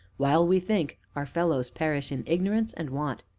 while we think, our fellows perish in ignorance and want!